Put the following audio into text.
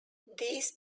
these